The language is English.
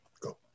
Go